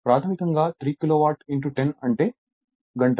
కాబట్టి ప్రాథమికంగా 3 కిలోవాట్ 10 అంటే గంటకు 30 కిలోవాట్